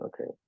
okay